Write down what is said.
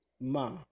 ma